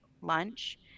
lunch